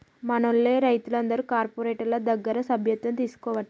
మనూళ్లె రైతులందరు కార్పోరేటోళ్ల దగ్గర సభ్యత్వం తీసుకోవట్టిరి